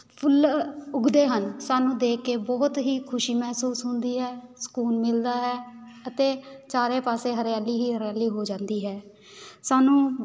ਫੁੱਲ ਉੱਗਦੇ ਹਨ ਸਾਨੂੰ ਦੇਖ ਕੇ ਬਹੁਤ ਹੀ ਖੁਸ਼ੀ ਮਹਿਸੂਸ ਹੁੰਦੀ ਹੈ ਸਕੂਨ ਮਿਲਦਾ ਹੈ ਅਤੇ ਚਾਰੇ ਪਾਸੇ ਹਰਿਆਲੀ ਹੀ ਹਰਿਆਲੀ ਹੋ ਜਾਂਦੀ ਹੈ ਸਾਨੂੰ